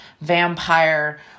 vampire